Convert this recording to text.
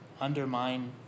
undermine